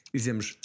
Dizemos